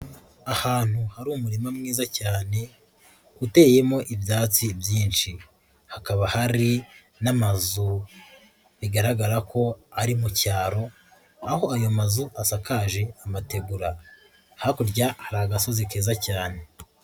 Ahantu hari umurima mwiza cyane uteyemo ibyatsi byinshi, hakaba hari n'amazu bigaragara ko ari mu cyaro, aho ayo mazu asakaje amategura hakurya hari agasozi keza cyane.